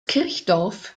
kirchdorf